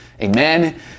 amen